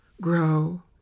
grow